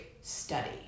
study